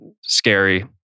scary